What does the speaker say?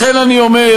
לכן אני אומר,